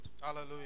Hallelujah